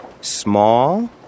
Small